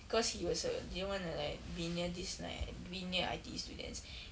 cause he was uh didn't want to like be near this like be near I_T_E students